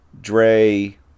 Dre